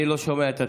אני לא שומע את עצמי.